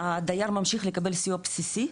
הדייר ממשיך לקבל סיוע בסיסי,